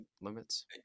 limits